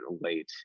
late